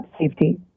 safety